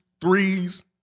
threes